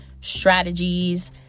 strategies